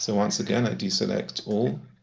so once again, i deselect all